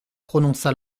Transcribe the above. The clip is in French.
prononça